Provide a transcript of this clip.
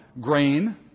grain